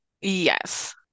Yes